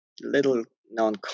little-known